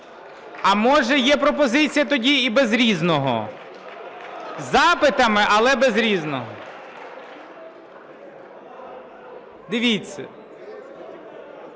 А, може, є пропозиція тоді і без "Різного". Із запитами, але без "Різного". Дивіться,